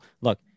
look